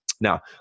Now